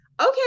okay